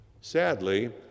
Sadly